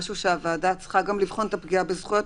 הוועדה צריכה גם לבחון את הפגיעה בזכויות.